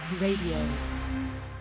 Radio